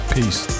Peace